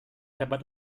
dapat